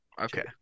Okay